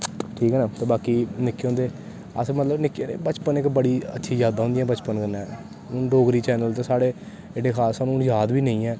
ठीक ऐ ना ते बाकी निक्के होंदे अस मतलव निक्के बचपन इक बड़ी अच्छी जादां होंदियां बचपन कन्नैं हून डोगरी चैन्नल ते साढ़े एडे खास साह्नू जाद बी नी ऐं